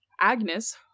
Agnes